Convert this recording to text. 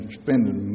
spending